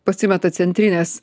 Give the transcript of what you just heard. pasimeta centrinės